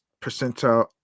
percentile